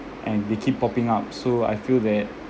and they keep popping up so I feel that